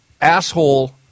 asshole